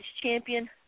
champion